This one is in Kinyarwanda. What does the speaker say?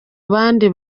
abandi